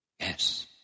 Yes